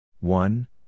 One